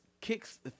kicks